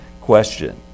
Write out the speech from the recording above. question